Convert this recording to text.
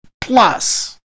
plus